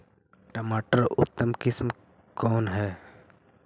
टमाटर के उतम किस्म कौन है?